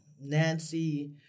Nancy